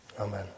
Amen